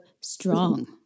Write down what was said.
strong